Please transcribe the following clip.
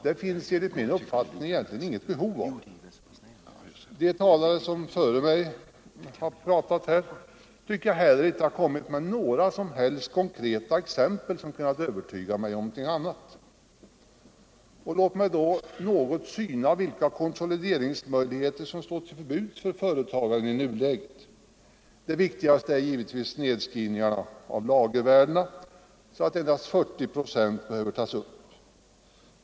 De ledamöter som har talat i detta ärende före mig har inte heller kommit med några som helst konkreta exempel som har kunnat övertyga mig om någonting annat. Låt mig något syna vilka konsolideringsmöjligheter som står till buds för företagarna i nuläget. Den viktigaste är givetvis nedskrivningen av lagervärden så att endast 40 procent behöver tas upp.